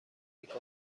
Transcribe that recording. میکنم